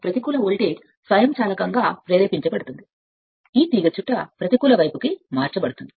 ప్రతికూల వోల్టేజ్ స్వయంచాలకంగా ప్రేరేపించబడిన తరువాతి సగం సైకిల్ వలె ఈ తీగచుట్ట వైపు ప్రతికూల ప్రతికూల ప్రతికూల వైపుకు మార్చబడుతుంది